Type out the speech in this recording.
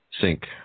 sink